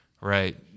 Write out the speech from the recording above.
Right